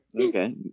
okay